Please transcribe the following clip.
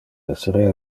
esserea